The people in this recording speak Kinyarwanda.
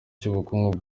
cy’ubukungu